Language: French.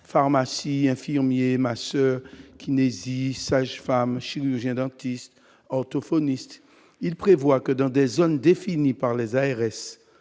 pharmacies, infirmiers masse qui n'hésitez sage-femme chirurgiens dentistes, orthophonistes, il prévoit que dans des zones définies par les ARS